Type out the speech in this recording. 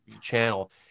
channel